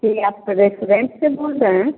जी आप रेस्टोरेंट से बोल रहे हैं